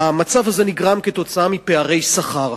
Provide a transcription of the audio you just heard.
המצב הזה נגרם כתוצאה מפערי שכר.